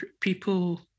people